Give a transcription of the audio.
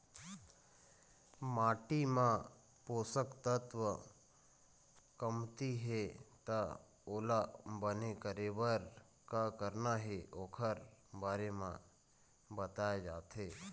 माटी म पोसक तत्व कमती हे त ओला बने करे बर का करना हे ओखर बारे म बताए जाथे